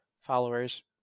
followers